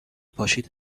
پاشید